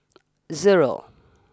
zero